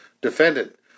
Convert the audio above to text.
defendant